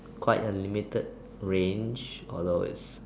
quite a limited range although it is